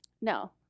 No